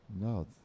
no